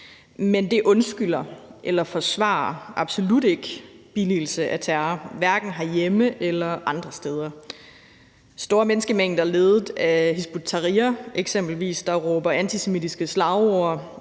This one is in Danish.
Men det undskylder eller forsvarer absolut ikke billigelse af terror, hverken herhjemme eller andre steder. Store menneskemængder, ledet af eksempelvis Hizb ut-Tahrir, der råber antisemitiske slagord